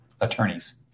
attorneys